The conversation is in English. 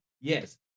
Yes